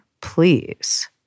please